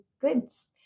goods